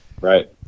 Right